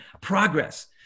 progress